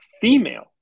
Female